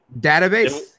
Database